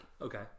Okay